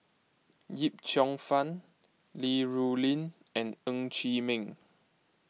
Yip Cheong Fun Li Rulin and Ng Chee Meng